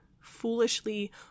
foolishly